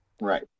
right